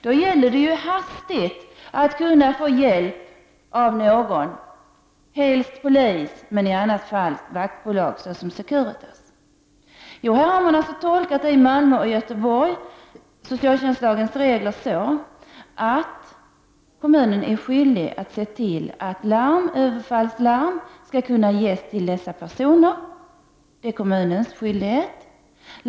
Då gäller det för dem som känner sig hotade att snabbt få hjälp av någon, helst av polisen men i annat fall av vaktbolag, t.ex. Securitas. I Malmö och Göteborg har socialtjänstlagens regler alltså tolkats på ett sådant sätt att kommunen är skyldig att se till att överfallslarm skall ges till de personer som känner sig hotade.